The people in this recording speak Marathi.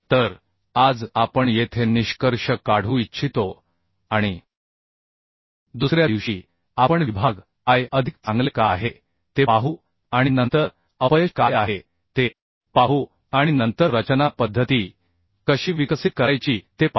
तर आज आपण येथे निष्कर्ष काढू इच्छितो आणि दुसऱ्या दिवशी आपण विभाग I अधिक चांगले का आहे ते पाहू आणि नंतर अपयश काय आहे ते पाहू आणि नंतर रचना पद्धती कशी विकसित करायची ते पाहू